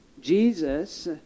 Jesus